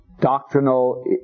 doctrinal